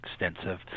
extensive